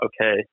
okay